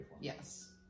Yes